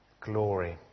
Glory